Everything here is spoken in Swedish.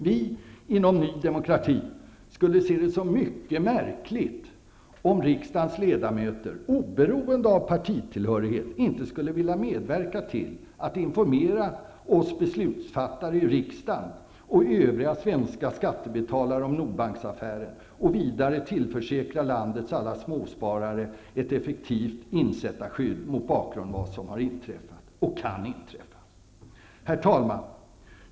Vi i Ny demokrati skulle anse det mycket märkligt om riksdagens ledamöter, oberoende av partitillhörighet, inte skulle vilja medverka till att informera oss beslutsfattare i riksdagen och övriga svenska skattebetalare om Nordbanksaffären och vidare tillförsäkra landets alla småsparare ett effektivt insättarskydd mot bakgrund av vad som har inträffat och kan inträffa. Herr talman!